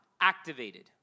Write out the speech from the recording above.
activated